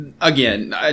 Again